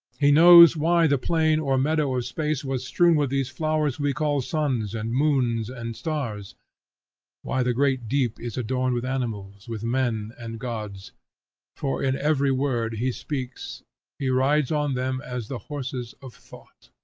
he knows why the plain or meadow of space was strewn with these flowers we call suns and moons and stars why the great deep is adorned with animals, with men, and gods for in every word he speaks he rides on them as the horses of thought.